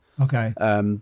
Okay